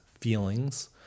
feelings